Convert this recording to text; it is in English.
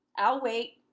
i'll wait